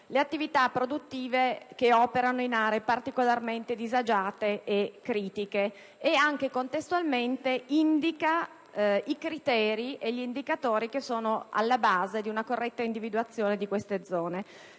le attività produttive che operano in aree particolarmente disagiate e critiche e, contestualmente, indica i criteri e gli indicatori per la corretta individuazione di queste zone.